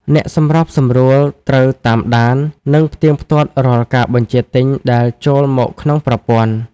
អ្នកសម្របសម្រួលត្រូវតាមដាន និងផ្ទៀងផ្ទាត់រាល់ការបញ្ជាទិញដែលចូលមកក្នុងប្រព័ន្ធ។